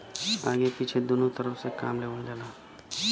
आगे पीछे दुन्नु तरफ से काम लेवल जाला